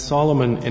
Solomon